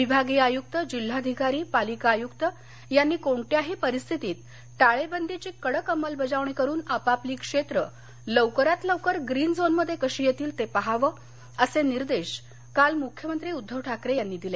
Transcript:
विभागीय आयुक्त जिल्हाधिकारी पालिका आयुक्त यांनी कोणत्याही परिस्थितीत टाळेबंदीची कडक अंमलबजावणी करून आपापली क्षेत्र लवकरात लवकर ग्रीन झोन्समध्ये कशी येतील ते पाहावे असे निर्देश काल मुख्यमंत्री उद्दव ठाकरे यांनी दिले